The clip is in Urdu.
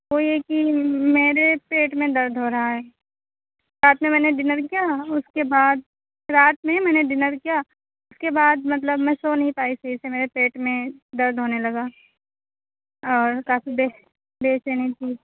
وہ یہ کہ میرے پیٹ میں درد ہو رہا ہے رات میں میں نے ڈنر کیا اس کے بعد رات میں میں نے ڈنر کیا اس کے بعد مطلب میں سو نہیں پائی صحیح سے میرے پیٹ میں درد ہو نے لگا اور کافی دیر دیر سے نہیں سوئی